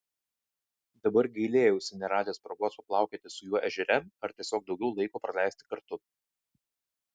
dabar gailėjausi neradęs progos paplaukioti su juo ežere ar tiesiog daugiau laiko praleisti kartu